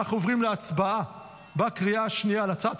אנחנו עוברים להצבעה בקריאה השנייה על הצעת